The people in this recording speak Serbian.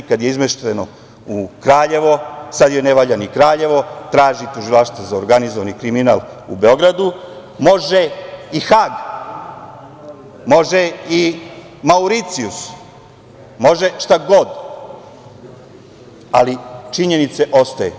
Kad je izmešteno u Kraljevo, sad joj ne valja ni Kraljevo, traži tužilaštvo za organizovani kriminal u Beogradu, može i Hag, može i Mauricijus, može šta god, ali činjenice ostaju.